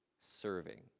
serving